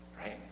right